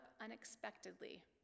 unexpectedly